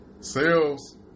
Sales